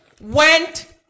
went